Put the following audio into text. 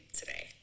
today